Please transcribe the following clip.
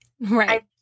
Right